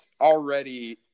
already